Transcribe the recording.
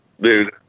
Dude